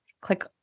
click